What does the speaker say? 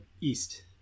east